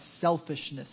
selfishness